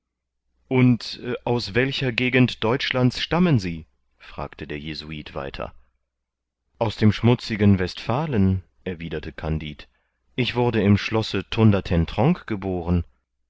und aus welcher gegend deutschlands stammen sie fragte der jesuit weiter aus dem schmutzigen westfalen erwiderte kandid ich wurde im schlosse thundertentronckh geboren